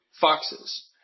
foxes